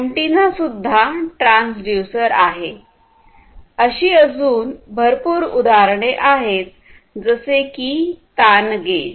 antenna सुद्धा transducer आहे अशी अजून भरपूर उदाहरणे आहेत जसे की ताण गेज